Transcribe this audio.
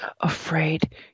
afraid